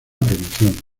promoción